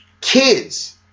kids